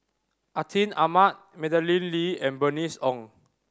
Atin Amat Madeleine Lee and Bernice Ong